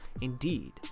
Indeed